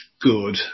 good